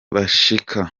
bashika